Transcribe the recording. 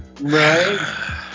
Right